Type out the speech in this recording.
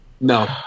No